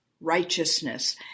righteousness